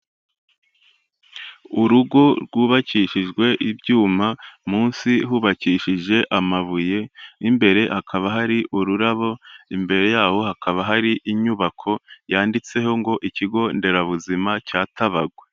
Urugo rwubakishijwe ibyuma, munsi hubakishije amabuye, mo imbere hakaba hari ururabo, imbere yaho hakaba hari inyubako yanditseho ngo ikigo nderabuzima cya Tabagwe.